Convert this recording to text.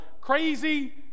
crazy